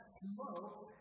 smoke